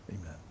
Amen